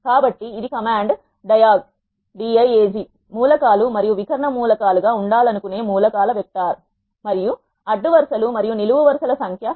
కాబట్టి ఇది కమాండ్ diagమూలకాలు మరియు వి కర్ణ మూలకాలు గా ఉండాలనుకునే మూల కాల వెక్టార్ మరియు అడ్డు వరు సలు మరియు నిలువు వరుస ల సంఖ్య